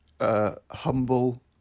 humble